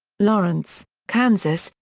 lawrence, kansas,